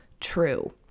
True